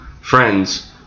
friends